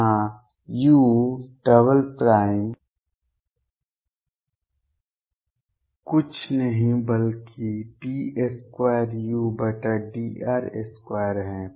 जहाँ u कुछ नहीं बल्कि d2udr2 है